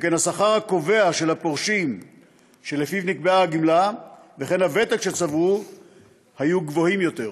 שכן השכר הקובע של הפורשים וכן הוותק שצברו היו גבוהים יותר.